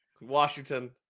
washington